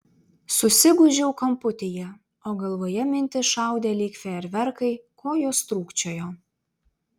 susigūžiau kamputyje o galvoje mintys šaudė lyg fejerverkai kojos trūkčiojo